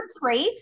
traits